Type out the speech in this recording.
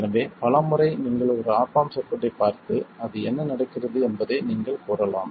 எனவே பல முறை நீங்கள் ஒரு ஆப் ஆம்ப் சர்க்யூட்டைப் பார்த்து அது என்ன நடக்கிறது என்பதை நீங்கள் கூறலாம்